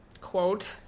quote